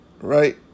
Right